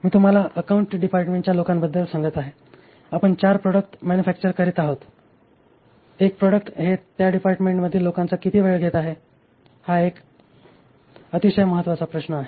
मी तुम्हाला account department च्या लोकांबद्दल सांगत आहे आपण 4 प्रोदुक्ट्स मॅन्युफॅक्चर करीत आहोत 1 प्रॉडक्ट हे त्या डिपार्टमेंटमधील लोकांचा किती वेळ घेत आहे हा एक अतिशय महत्वाचा प्रश्न आहे